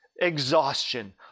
exhaustion